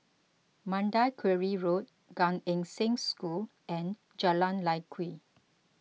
Mandai Quarry Road Gan Eng Seng School and Jalan Lye Kwee